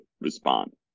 respond